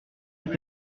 est